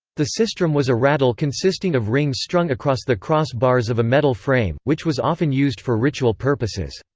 the sistrum was a rattle consisting of rings strung across the cross-bars of a metal frame, which was often used for ritual purposes.